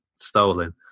stolen